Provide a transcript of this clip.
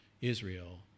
Israel